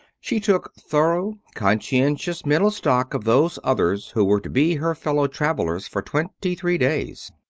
she took thorough, conscientious mental stock of those others who were to be her fellow travelers for twenty-three days.